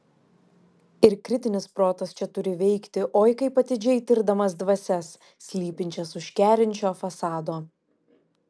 ir kritinis protas čia turi veikti oi kaip atidžiai tirdamas dvasias slypinčias už kerinčio fasado